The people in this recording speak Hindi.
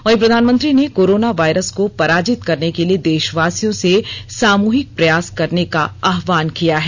वहीं प्रधानमंत्री ने कोरोना वायरस को पराजित करने के लिए देशवासियों से सामूहिक प्रयास करने का आह्वान किया है